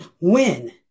win